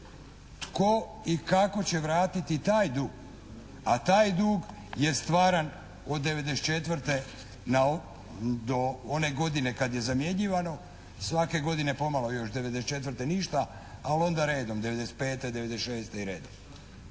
Tko i kako će vratiti taj dug? A taj dug je stvaran od '94. do one godine kad je zamjenjivano svake godine pomalo još, '94. ništa, ali onda redom '95., '96. i redom.